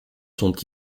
seront